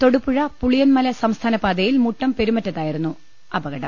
തൊടു പുഴ പുളിയൻമല സംസ്ഥാന പാതയിൽ മുട്ടം പെരുമറ്റത്തായിരുന്നു അപകടം